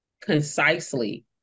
concisely